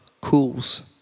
cools